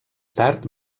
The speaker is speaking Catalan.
tard